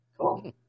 Cool